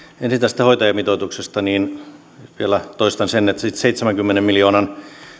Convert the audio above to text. ensin tästä hoitajamitoituksesta vielä toistan sen että siitä seitsemänkymmenen miljoonan